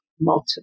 multiple